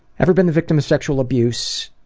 ever been the victim of sexual abuse?